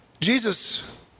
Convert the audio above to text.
Jesus